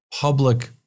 public